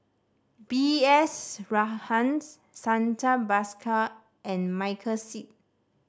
B S Rajhans Santha Bhaskar and Michael Seet